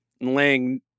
laying